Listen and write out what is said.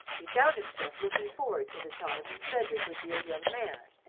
he found himself looking forward to the time when cedric would be a young man,